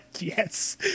yes